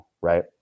Right